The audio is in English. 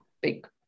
big